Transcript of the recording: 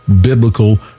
biblical